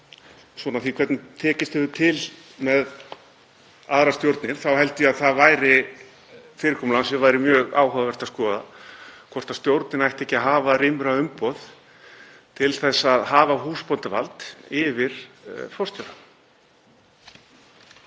frá því hvernig tekist hefur til með aðrar stjórnir held ég að það væri fyrirkomulag sem væri mjög áhugavert að skoða, hvort stjórnin ætti ekki að hafa rýmra umboð til að hafa húsbóndavald yfir forstjóra.